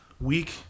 week